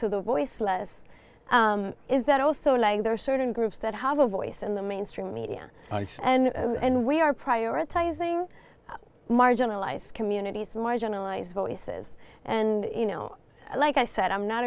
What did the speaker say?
to the voiceless is that also like there are certain groups that have a voice in the mainstream media and we are prioritizing marginalized communities marginalized voices and you know like i said i'm not